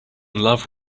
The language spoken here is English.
love